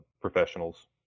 professionals